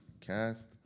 cast